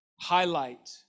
highlight